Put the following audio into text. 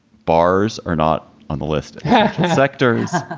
bars are not on the list of sectors,